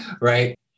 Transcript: Right